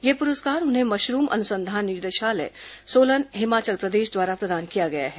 यह पुरस्कार उन्हें मशरूम अनुसंधान निदेशालय सोलन हिमाचल प्रदेश द्वारा प्रदान किया गया है